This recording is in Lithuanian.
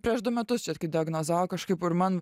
prieš du metus čia kai diagnozavo kažkaip ir man